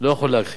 לא יכול להכחיש.